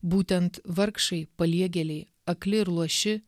būtent vargšai paliegėliai akli ir luoši